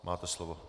Máte slovo.